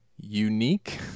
unique